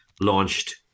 launched